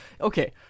okay